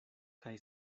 kaj